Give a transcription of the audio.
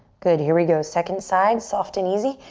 good, here we go, second side. soft and easy,